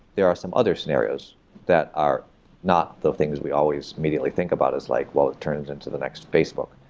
there are some other scenarios that are not the things we always immediately think about as like, well, it turns into the next facebook.